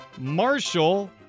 Marshall